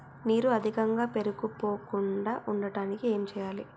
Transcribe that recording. నీరు అధికంగా పేరుకుపోకుండా ఉండటానికి ఏం చేయాలి?